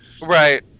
right